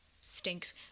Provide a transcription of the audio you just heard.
stinks